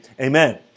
Amen